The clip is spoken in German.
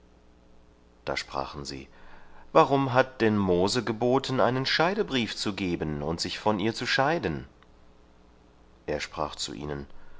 da sprachen sie warum hat denn mose geboten einen scheidebrief zu geben und sich von ihr zu scheiden er sprach zu ihnen